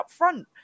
upfront